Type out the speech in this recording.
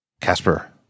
Casper